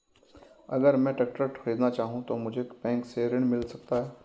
अगर मैं ट्रैक्टर खरीदना चाहूं तो मुझे बैंक से ऋण मिल सकता है?